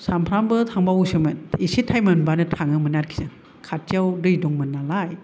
सानफ्रोमबो थांबावोसोमोन एसे थाइम मोनबानो थाङोमोन आरखि जों खाथियाव दै दंमोन नालाय